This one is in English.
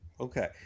Okay